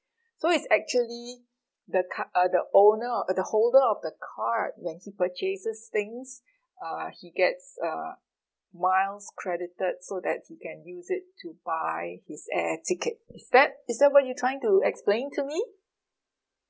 so it's actually the ca~ uh the owner the holder of the card when he purchases things uh he gets uh miles credited so that he can use it to buy his air ticket is that is that what you're trying to explain to me